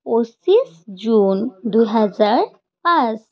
পঁচিছ জুন দুহেজাৰ পাঁচ